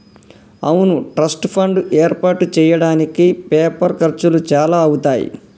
అవును trust fund ఏర్పాటు చేయడానికి పేపర్ ఖర్చులు చాలా అవుతాయి